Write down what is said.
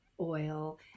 oil